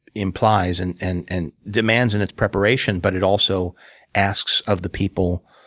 implies, and and and demands in its preparation, but it also asks of the people